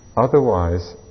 Otherwise